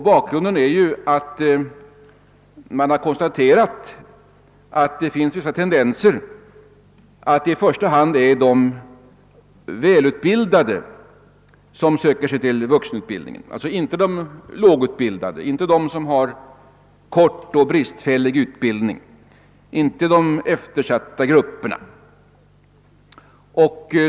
Bakgrunden är den att man konstaterat vissa tendenser att det i första hand är de välutbildade som söker sig till vuxenutbildningen, alltså inte de lågutbildade, inte de som har en kort och bristfällig utbildning, inte de eftersatta grupperna.